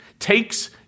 Takes